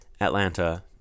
Atlanta